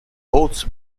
boats